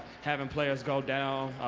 having players go down,